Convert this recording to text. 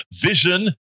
vision